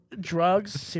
Drugs